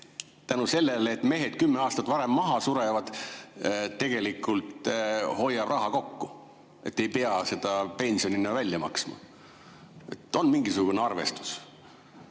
riik selle tõttu, et mehed kümme aastat varem maha surevad, tegelikult hoiab raha kokku, sest ei pea seda pensionina välja maksma? On mingisugune arvestus?